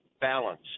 balance